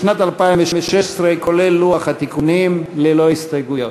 לשנת 2016, כולל לוח התיקונים, ללא הסתייגויות.